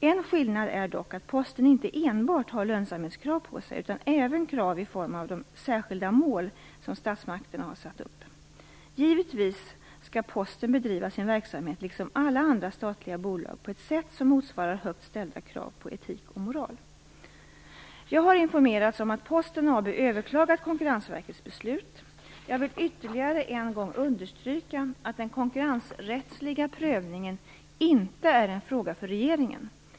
En skillnad är dock att Posten inte enbart har lönsamhetskrav på sig utan även krav i form av de särskilda mål som statsmakterna har satt upp. Givetvis skall Posten bedriva sin verksamhet, liksom alla andra statliga bolag, på ett sätt som motsvarar högt ställda krav på etik och moral. Jag har informerats om att Posten AB överklagat Konkurrensverkets beslut. Jag vill ytterligare en gång understryka att den konkurrensrättsliga prövningen inte är en fråga för regeringen.